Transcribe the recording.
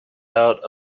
out